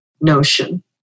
notion